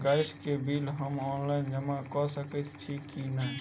Gas केँ bill हम online जमा कऽ सकैत छी की नै?